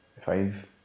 five